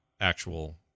actual